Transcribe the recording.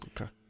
Okay